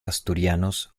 asturianos